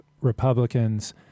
Republicans